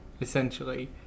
essentially